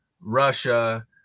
Russia